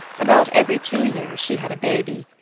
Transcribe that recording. about every two years she had a baby.